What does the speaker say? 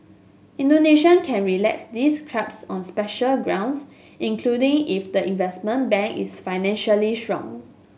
Indonesian can relax these curbs on special grounds including if the investment bank is financially strong